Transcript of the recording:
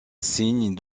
signes